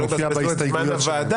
ולא לבזבז את זמן הוועדה.